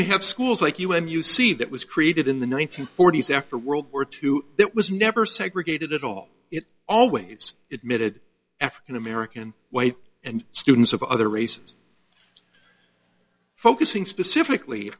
we have schools like you when you see that was created in the one nine hundred forty s after world war two it was never segregated at all it always it mid african american white and students of other races focusing specifically